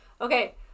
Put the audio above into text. Okay